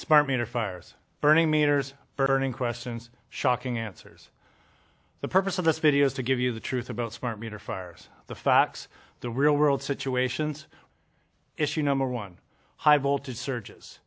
meter fires burning meters burning questions shocking answers the purpose of this video is to give you the truth about smart meter fires the facts the real world situations issue number one high voltage s